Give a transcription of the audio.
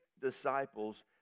disciples